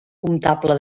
comptable